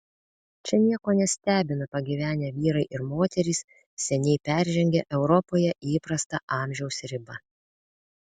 čia nieko nestebina pagyvenę vyrai ir moterys seniai peržengę europoje įprastą amžiaus ribą